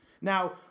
Now